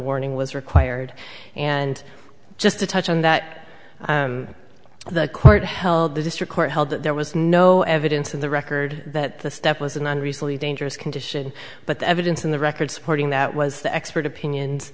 warning was required and just to touch on that the court held the district court held that there was no evidence in the record that the step was an unreasonably dangerous condition but the evidence in the record supporting that was the expert opinion